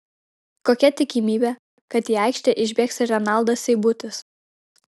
kokia tikimybė kad į aikštę išbėgs ir renaldas seibutis